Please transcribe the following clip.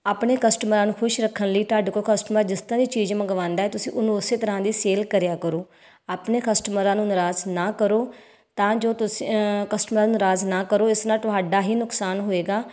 ਆਪਣੇ ਕਸਟਮਰਾਂ ਨੂੰ ਖੁਸ਼ ਰੱਖਣ ਲਈ ਤੁਹਾਡੇ ਕੋਲ ਕਸਟਮਰ ਜਿਸ ਤਰ੍ਹਾਂ ਦੀ ਚੀਜ਼ ਮੰਗਵਾਉਂਦਾ ਤੁਸੀਂ ਉਹਨੂੰ ਉਸੇ ਤਰ੍ਹਾਂ ਦੀ ਸੇਲ ਕਰਿਆ ਕਰੋ ਆਪਣੇ ਕਸਟਮਰਾਂ ਨੂੰ ਨਰਾਜ਼ ਨਾ ਕਰੋ ਤਾਂ ਜੋ ਤੁਸੀਂ ਕਸਟਮਰਾਂ ਨੂੰ ਨਰਾਜ਼ ਨਾ ਕਰੋ ਇਸ ਨਾਲ ਤੁਹਾਡਾ ਹੀ ਨੁਕਸਾਨ ਹੋਏਗਾ